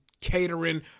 catering